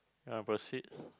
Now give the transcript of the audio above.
you want proceed